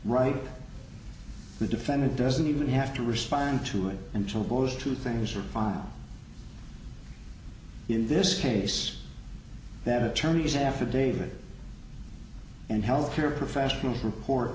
right the defendant doesn't even have to respond to it until those two things are filed in this case that attorney's affidavit and health care professionals